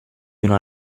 una